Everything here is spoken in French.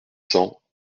cents